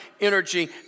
energy